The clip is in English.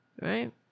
right